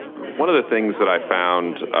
one of the things that i found,